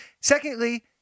Secondly